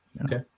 Okay